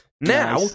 Now